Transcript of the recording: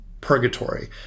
purgatory